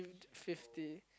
fifty